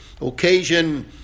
occasion